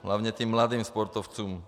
Hlavně těm mladým sportovcům.